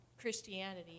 Christianity